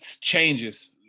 changes